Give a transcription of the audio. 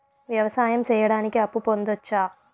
వ్యవసాయం సేయడానికి అప్పు పొందొచ్చా?